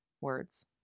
words